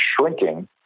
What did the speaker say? shrinking